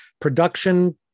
production